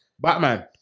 Batman